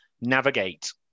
navigate